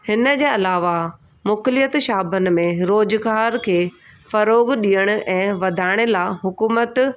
हिन जे अलावा मुकिलियत शाबनि में रोज़गार खे फरोव ॾियण ऐं वधाण लाइ हुक़ुमति